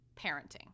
parenting